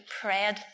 prayed